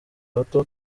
bato